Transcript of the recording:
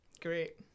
Great